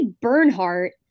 Bernhardt